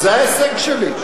זה ההישג שלי,